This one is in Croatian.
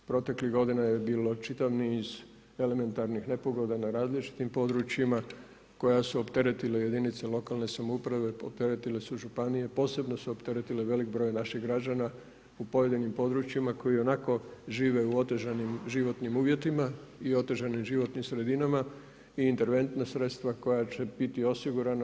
Proteklih godina je bilo čitav niz elementarnih nepogoda na različitim područjima koja su opteretile jedinice lokalne samouprave, opteretile su županije, posebno su opteretile velik broj naših građana u pojedinim područjima koji ionako žive u otežanim životnim uvjetima i otežanim životnim sredinama i interventna sredstva koja će biti osigurana.